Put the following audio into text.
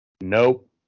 Nope